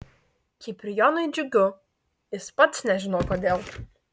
kiprijonui džiugu jis pats nežino kodėl